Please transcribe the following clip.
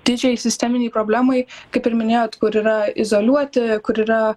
didžiajai sisteminei problemai kaip ir minėjot kur yra izoliuoti kur yra